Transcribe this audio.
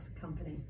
company